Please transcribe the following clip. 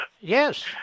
Yes